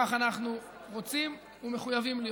כך אנחנו רוצים ומחויבים להיות.